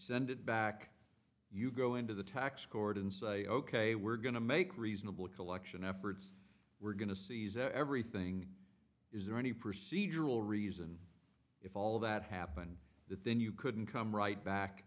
send it back you go into the tax court and say ok we're going to make reasonable collection efforts we're going to seize everything is there any procedural reason if all of that happened that then you couldn't come right back